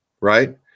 right